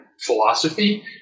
philosophy